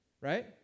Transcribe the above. right